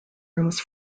rooms